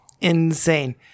Insane